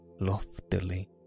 loftily